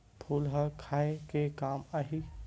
फूल ह खाये के काम आही?